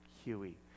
Huey